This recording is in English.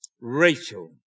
Rachel